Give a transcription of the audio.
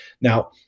Now